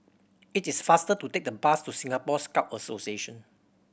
it is faster to take the bus to Singapore Scout Association